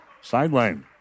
sideline